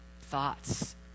thoughts